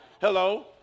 hello